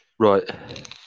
Right